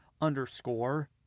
underscore